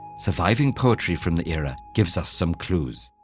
surviving poetry from the era gives us some clues.